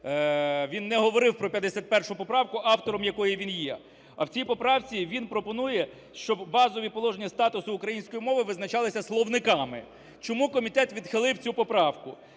він не говорив про 51 поправку, автором якої він є. А в цій поправці він пропонує, щоб базові положення статусу української мови визначалися словниками. Чому комітет відхилив цю поправку.